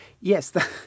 Yes